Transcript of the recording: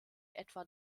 etwa